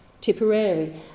Tipperary